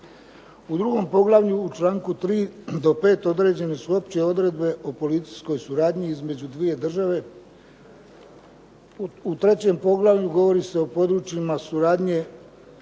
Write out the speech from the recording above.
U drugom poglavlju u članku 3. do 5. određene su opće odredbe o policijskoj suradnji između dvije države. U 3. poglavlju govori se o područjima suradnje